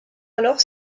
alors